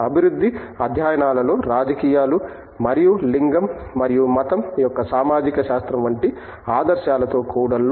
అభివృద్ధి అధ్యయనాలలో రాజకీయాలు మరియు లింగం మరియు మతం యొక్క సామాజిక శాస్త్రం వంటి ఆదర్శాలతో కూడళ్లు